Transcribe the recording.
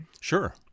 Sure